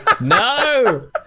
No